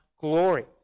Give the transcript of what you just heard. glory